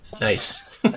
Nice